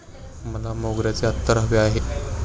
मला मोगऱ्याचे अत्तर हवे आहे